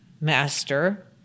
master